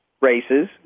races